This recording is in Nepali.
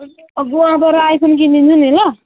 गोवा गएर आई फोन किनिदिन्छु नि ल